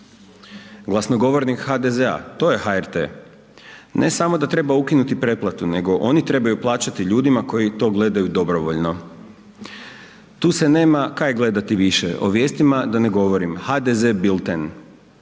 Glasnogovornik HDZ-a to je HRT. Ne samo da treba ukinuti pretplatu, nego oni trebaju plaćati ljudima koji to gledaju dobrovoljno. Tu se nema kaj gledati više, o vijestima da ne govorim, HDZ bilten.